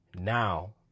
now